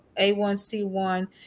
A1C1